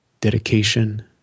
dedication